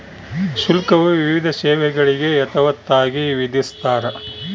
ಶುಲ್ಕವು ವಿವಿಧ ಸೇವೆಗಳಿಗೆ ಯಥಾವತ್ತಾಗಿ ವಿಧಿಸ್ತಾರ